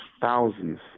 thousands